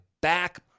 back